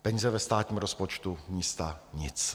Peníze ve státním rozpočtu, místa nic.